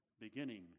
beginning